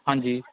ਹਾਂਜੀ